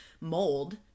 mold